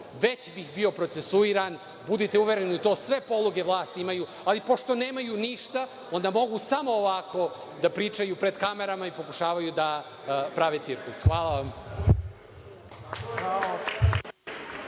već bih bio procesuiran, budite uvereni u to, sve poluge vlasti imaju, ali pošto nemaju ništa, onda mogu samo ovako da pričaju pred kamerama i pokušaju da prave cirkus. Hvala.